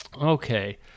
okay